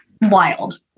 wild